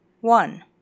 one